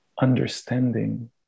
understanding